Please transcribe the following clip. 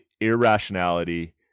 irrationality